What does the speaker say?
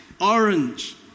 Orange